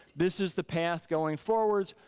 this is the path going forwards,